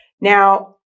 Now